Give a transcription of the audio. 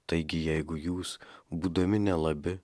taigi jeigu jūs būdami nelabi